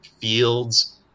Fields